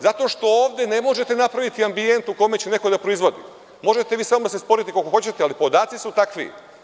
Zato što ovde ne možete da napravite ambijent u kome će neko da proizvodi, možete vi samo da se sporite sa mnom koliko hoćete, ali podaci su takvi.